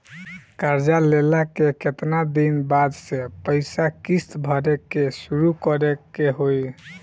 कर्जा लेला के केतना दिन बाद से पैसा किश्त भरे के शुरू करे के होई?